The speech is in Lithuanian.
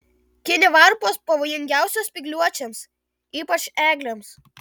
kinivarpos pavojingiausios spygliuočiams ypač eglėms